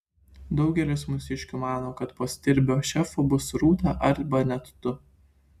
daugelis mūsiškių mano kad po stirbio šefu bus rūta arba net tu